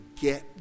get